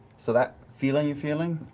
so that feeling you're feeling?